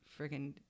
freaking